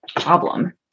problem